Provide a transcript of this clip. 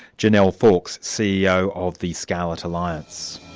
janelle fawkes, ceo of the scarlet alliance.